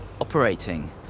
operating